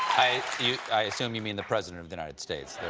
i you i assume you mean the president of the united states.